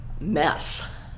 mess